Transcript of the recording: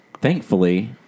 Thankfully